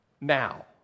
now